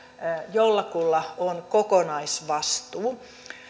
jollakulla on kokonaisvastuu